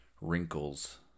wrinkles